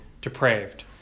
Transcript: depraved